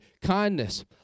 kindness